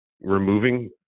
removing